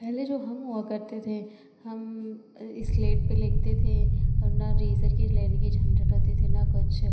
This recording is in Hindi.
पहले जो हम हुआ करते थे हम इस स्लेट पर लिखते थे और ना रेज़र की लेने की झंझट होती थी ना कुछ